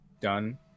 done